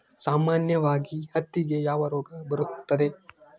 ಸಾಮಾನ್ಯವಾಗಿ ಹತ್ತಿಗೆ ಯಾವ ರೋಗ ಬರುತ್ತದೆ?